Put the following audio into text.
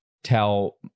Tell